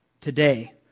today